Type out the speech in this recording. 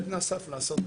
למה 10,000 תושבים?